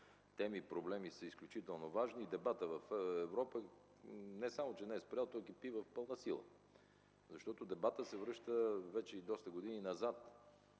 теми и проблеми са изключително важни. Дебатът в Европа не само че не е спрял, той кипи в пълна сила, защото дебатът се връща вече и доста години назад